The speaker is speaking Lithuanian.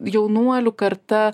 jaunuolių karta